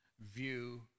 view